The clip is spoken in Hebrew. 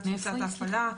מבחינת תפיסת ההפעלה,